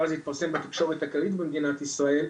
הזה התפרסם בתקשורת הכללית במדינת ישראל,